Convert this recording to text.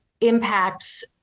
impacts